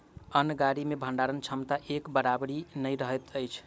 अन्न गाड़ी मे भंडारण क्षमता एक बराबरि नै रहैत अछि